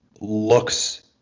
looks